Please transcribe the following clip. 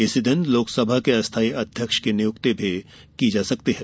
इसी दिन लोकसभा के अस्थाई अध्यक्ष की नियुक्ति भी की जा सकती है